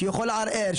שיכול לערער,